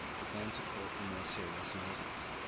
began to call for more serious notice.